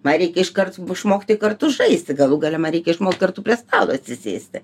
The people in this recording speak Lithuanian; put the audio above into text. man reikia iškart išmokti kartu žaisti galų gale man reikia išmokt kartu prie stalo atsisėsti